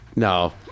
No